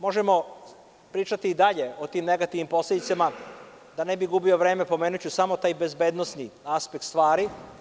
Možemo pričati i dalje o tim negativnim posledicama, ali, da ne bi gubio vreme, pomenuću samo taj bezbednosni aspekt stvari.